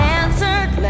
answered